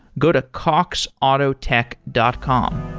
go to coxautotech dot com.